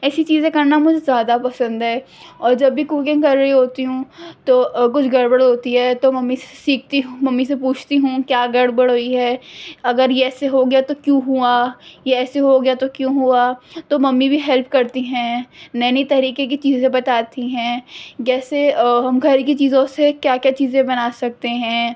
ایسی چیزیں کرنا مجھے زیادہ پسند ہے اور جب بھی کوکنگ کر رہی ہوتی ہوں تو کچھ گڑبڑ ہوتی ہے تو ممی سے سیکھتی ہوں ممی سے پوچھتی ہوں کیا گڑبڑ ہوئی ہے اگر یہ ایسے ہو گیا تو کیوں ہوا یہ ایسے ہو گیا تو کیوں ہوا تو ممی بھی ہیلپ کرتی ہیں نئی نئی طریقے کی چیزیں بتاتی ہیں جیسے گھر کی چیزوں سے کیا کیا چیزیں بنا سکتے ہیں